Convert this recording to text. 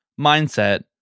mindset